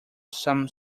some